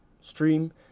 stream